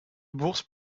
bourse